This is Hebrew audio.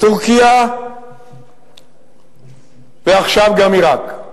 טורקיה ועכשיו גם עירק.